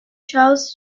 charles